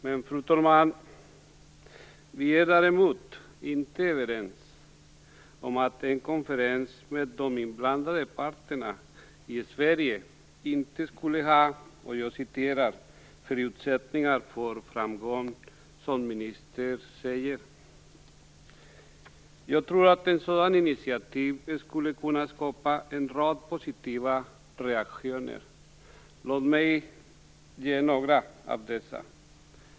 Men, fru talman, vi är däremot inte överens om att en konferens med de inblandade parterna i Sverige inte skulle ha "förutsättningar för att nå framgång", som ministern säger. Jag tror att ett sådant initiativ skulle kunna skapa en rad positiva reaktioner. Låt mig ange några av dessa.